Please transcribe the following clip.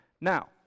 Now